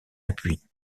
appuie